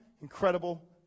incredible